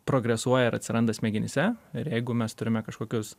progresuoja ir atsiranda smegenyse ir jeigu mes turime kažkokius